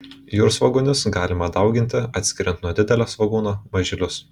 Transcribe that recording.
jūrsvogūnius galima dauginti atskiriant nuo didelio svogūno mažylius